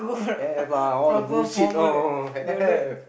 have lah all the bullshit lor have